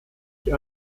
die